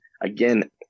Again